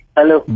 Hello